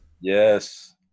Yes